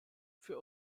für